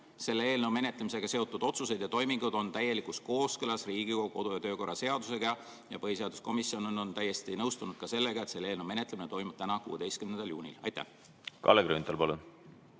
selle eelnõu menetlemisega seotud otsused ja toimingud on täielikus kooskõlas Riigikogu kodu- ja töökorra seadusega ja põhiseaduskomisjon on täiesti nõustunud sellega, et selle eelnõu menetlemine toimub täna, 15. juunil. Aitäh, väga lugupeetud